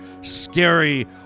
scary